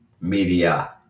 media